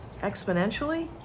exponentially